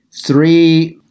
three